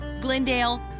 Glendale